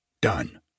Done